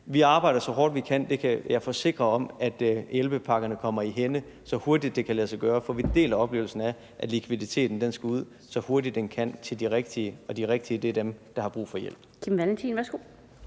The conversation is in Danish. Vi arbejder så hårdt, vi kan – det kan jeg forsikre om – for at sikre, at hjælpepakkerne kommer virksomhederne i hænde så hurtigt, det kan lade sig gøre. For vi deler oplevelsen af, at likviditeten skal ud så hurtigt, den kan, til de rigtige, og de rigtige er dem, der har brug for hjælp.